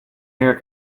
hair